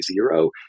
zero